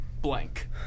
blank